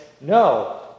no